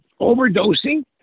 overdosing